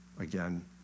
again